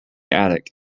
attic